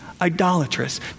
idolatrous